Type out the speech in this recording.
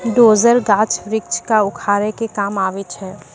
dozer, गाछ वृक्ष क उखाड़े के काम आवै छै